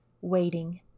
waiting